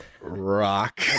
rock